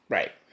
Right